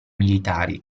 militari